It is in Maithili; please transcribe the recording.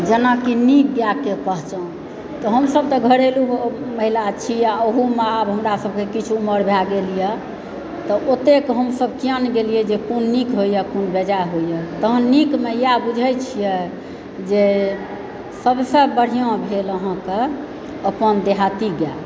जेनाकि नीक गायके पहचान तऽ हमसब तऽ घरेलू महिला छी आ ओहोमे आब हमरा सबकेँ किछु उमर भए गेल यऽ तऽओतेक हमसब की जानय गेलियै जे कोन नीक होइए कोन बेजाए होइए तहन नीकमे इएह बुझए छियै जे सबसँ बाढ़िआँ भेल अहाँकेँ अपन देहाती गाय